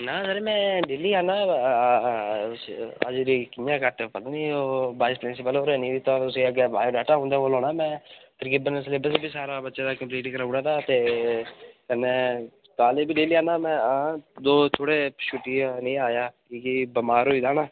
ना सर मैं डेली आन्नां अ हाजरी कि'यां घट्ट पता नी ओह् वाइस प्रिंसिपल होरें नी दित्ता कुसै गी अग्गें बायोडाटा उं'दे कोल होना ना ना मैं तकरीबन सिलेबस बी सारा बच्चे दा कम्पलीट कराई ओड़े दा ते कन्नै कालेज बी डैली औन्नां मैं आं दो थोह्ड़े छुट्टी नेईं आया कि के बमार होई दा ना